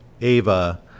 Ava